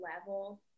level